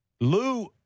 Lou